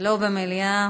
לא במליאה,